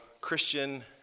Christian